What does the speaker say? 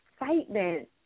excitement